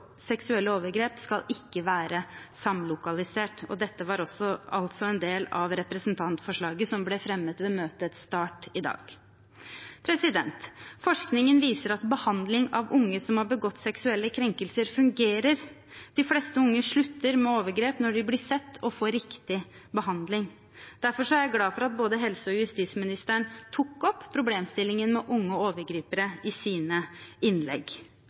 seksuelle overgrep.» Dette var altså en del av representantforslaget som ble fremmet ved møtets start i dag. Forskningen viser at behandling av unge som har begått seksuelle krenkelser, fungerer. De fleste unge slutter med overgrep når de blir sett og får riktig behandling. Derfor er jeg glad for at både helseministeren og justisministeren tok opp problemstillingen med unge overgripere i sine innlegg.